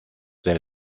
del